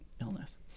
illness